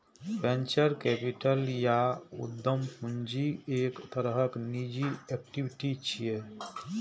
venture capital या उद्यम पूंजी एक तरहक निजी इक्विटी छियै